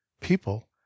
people